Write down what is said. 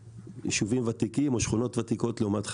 יישובים ותיקים או שכונות ותיקות לעומת חדשות,